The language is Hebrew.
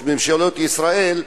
ממשלות ישראל,